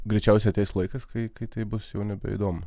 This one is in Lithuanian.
greičiausiai ateis laikas kai tai bus jau nebeįdomu